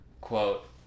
quote